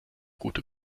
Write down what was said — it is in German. gute